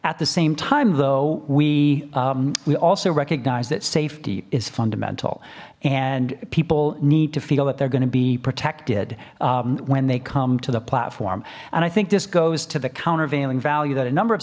at the same time though we we also recognize that safety is fundamental and people need to feel that they're going to be protected when they come to the platform and i think this goes to the countervailing value that a number of